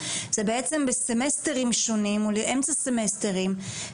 זה בעצם בסמסטרים שונים או אמצע סמסטרים סמסטרים,